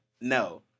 No